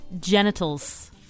genitals